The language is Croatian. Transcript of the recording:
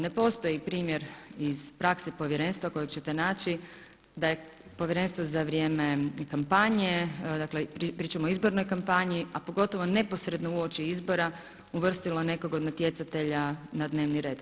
Ne postoji primjer iz prakse Povjerenstva kojeg ćete naći da je Povjerenstvo za vrijeme kampanje, dakle pričam o izbornoj kampanji, a pogotovo neposredno uoči izbora uvrstilo nekog od natjecatelja na dnevni red.